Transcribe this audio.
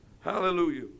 Hallelujah